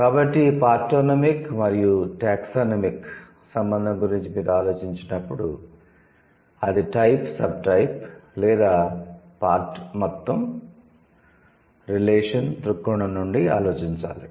కాబట్టి ఈ పార్టోనమిక్ మరియు టాక్సానమిక్ సంబంధం గురించి మీరు ఆలోచించినప్పుడు అది 'టైప్ సబ్టైప్' లేదా 'పార్ట్ మొత్తం' రిలేషన్ దృక్కోణం నుండి ఆలోచించాలి